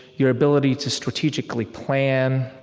your ability to strategically plan,